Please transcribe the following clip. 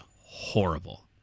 horrible